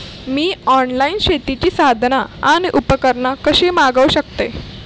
मी online शेतीची साधना आणि उपकरणा कशी मागव शकतय?